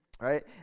right